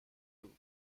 doo